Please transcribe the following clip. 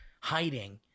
hiding